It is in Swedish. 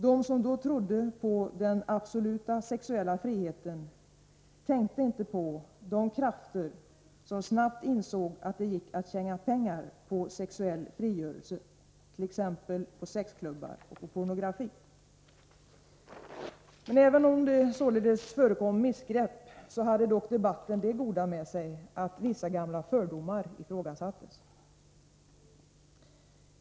De som då trodde på den absoluta sexuella friheten tänkte inte på de krafter som snabbt insåg att det gick att tjäna pengar på sexuell frigörelse, t.ex. på sexklubbar och på pornografi. Även om det således förekom missgrepp, hade dock debatten det goda med sig att vissa gamla fördomar ifrågasattes.